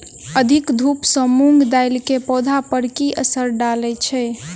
अधिक धूप सँ मूंग दालि केँ पौधा पर की असर डालय छै?